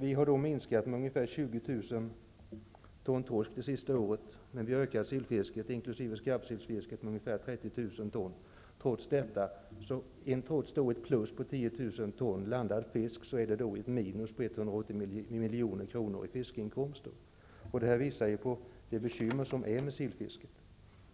Vi har minskat fisket med ungefär 20 000 ton torsk det sista året, men vi har ökat sillfisket inkl. skarpsillsfisket med ungefär 30 000 ton. Trots att det uppstår ett plus med 10 000 ton landad fisk innebär det ett minus på 180 milj.kr. i fiskeinkomster. Det visar på de bekymmer som finns med sillfisket.